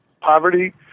poverty